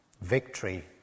Victory